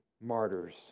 martyrs